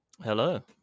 Hello